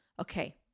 okay